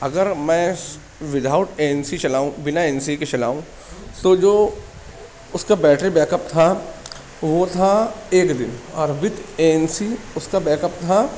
اگر میں without A N C چلاؤں بنا اے این سی کے چلاؤں تو جو اس کا بیٹری بیک اپ تھا وہ تھا ایک دن اور ود اے این سی اس کا بیک اپ تھا